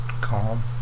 calm